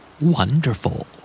Wonderful